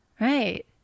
right